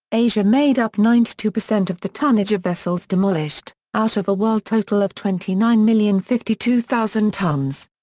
asia made up ninety two percent of the tonnage of vessels demolished, out of a world total of twenty nine million fifty two thousand tonnes.